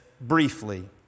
briefly